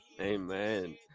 Amen